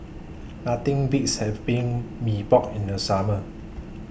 Nothing Beats having Mee Pok in The Summer